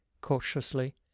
cautiously